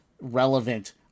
relevant